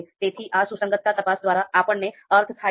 તેથી આ સુસંગતતા તપાસ દ્વારા આપણને અર્થ થાય છે